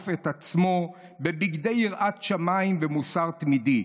את עצמו בבגדי יראת שמיים ומוסר תמידי,